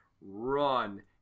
Run